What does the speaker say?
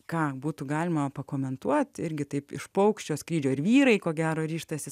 ką būtų galima pakomentuoti irgi taip iš paukščio skrydžio ar vyrai ko gero ryžtasi